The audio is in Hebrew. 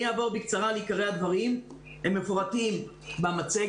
אעבור בקצרה על עיקרי הדברים, הם מפורטים במצגת.